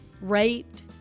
raped